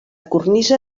cornisa